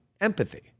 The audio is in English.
empathy